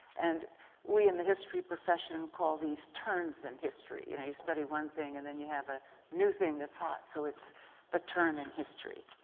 and we, in the history profession, call these turns in history. you know you study one thing and then you have a new thing that's hot so it's the turn in history.